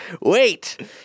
wait